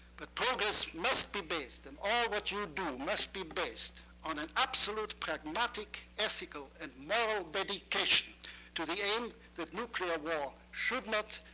but progress must be based, and all what you do must be based on an absolute pragmatic, ethical, and moral dedication to the aim that nuclear war should not,